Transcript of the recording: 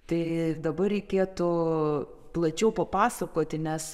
tai dabar reikėtų plačiau papasakoti nes